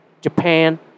Japan